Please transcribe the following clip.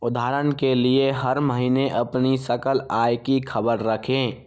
उदाहरण के लिए हर महीने अपनी सकल आय की खबर रखें